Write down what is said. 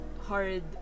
hard